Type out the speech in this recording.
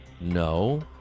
No